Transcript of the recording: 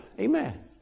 Amen